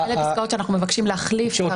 אלה הפסקאות שאנחנו מבקשים להחליף.